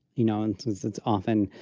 you know, and since it's often,